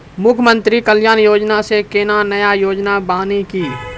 मुख्यमंत्री कल्याण योजना मे कोनो नया योजना बानी की?